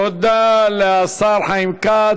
תודה לשר חיים כץ.